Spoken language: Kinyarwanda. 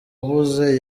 uwabuze